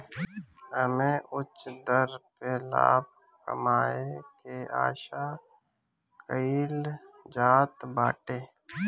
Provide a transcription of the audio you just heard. एमे उच्च दर पे लाभ कमाए के आशा कईल जात बाटे